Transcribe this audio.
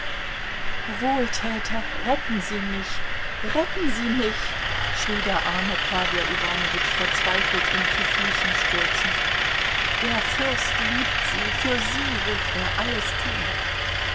wohltäter retten sie mich retten sie mich schrie der arme pawel iwanowitsch verzweifelt ihm zu füßen stürzend der fürst liebt sie für sie wird er alles tun